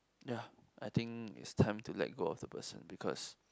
ya I think it's time to let go of the person because